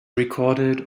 recorded